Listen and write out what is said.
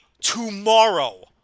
tomorrow